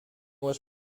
was